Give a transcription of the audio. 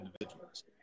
individuals